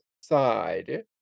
side